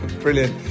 Brilliant